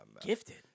Gifted